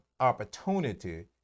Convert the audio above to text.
opportunity